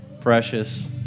precious